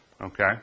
Okay